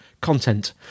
content